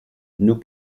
nous